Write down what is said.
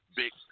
big